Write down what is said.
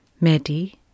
Medi